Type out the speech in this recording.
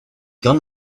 gun